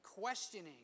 questioning